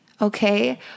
Okay